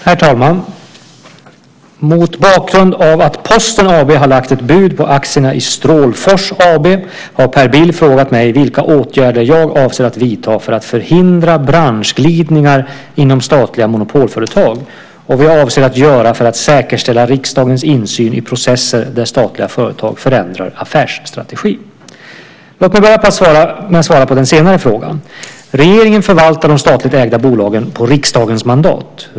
Herr talman! Mot bakgrund av att Posten AB har lagt ett bud på aktierna i Strålfors AB har Per Bill frågat mig vilka åtgärder jag avser att vidta för att förhindra branschglidningar inom statliga monopolföretag och vad jag avser att göra för att säkerställa riksdagens insyn i processer där statliga företag förändrar affärsstrategi. Låt mig börja med att svara på den senare frågan. Regeringen förvaltar de statligt ägda bolagen på riksdagens mandat.